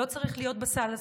לא צריך להיות בסל הזה.